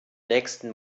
nächsten